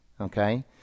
okay